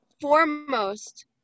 foremost